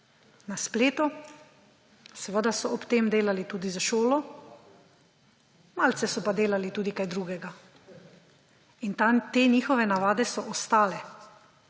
na spletu, seveda so ob tem delali tudi za šolo, malce so pa delali tudi kaj drugega. In te njihove navade so ostale.